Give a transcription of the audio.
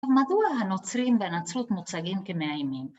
ומדוע הנוצרים בנצרות מוצגים כמאיימים?